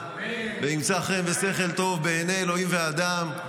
וימצא חן ושכל טוב בעיני אלוהים והאדם,